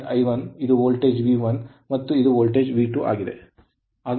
ಇದು current I1 ಇದು voltage V1 ಮತ್ತು ಇದು ವೋಲ್ಟೇಜ್ V2 ಆಗಿದೆ